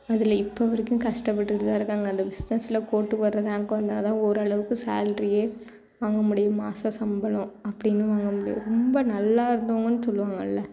அதில் இப்போ வரைக்கும் கஷ்டப்பட்டுட்டு தான் இருக்காங்க அந்த பிசினஸில் கோட்டுக்கு வர ரேங்க் வந்தால் தான் ஓரளவுக்கு சேலரியே வாங்க முடியும் மாத சாம்பளம் அப்படின்னு வாங்க முடியும் ரொம்ப நல்லா இருந்தவங்கனு சொல்வாங்கள்ல